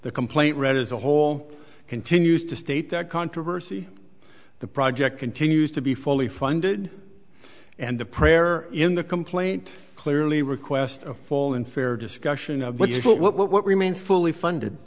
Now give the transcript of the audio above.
the complaint read as a whole continues to state that controversy the project continues to be fully funded and the prayer in the complaint clearly request a full and fair discussion of what is what remains fully funded